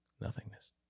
Nothingness